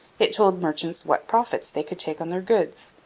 it told merchants what profits they could take on their goods,